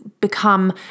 become